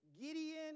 Gideon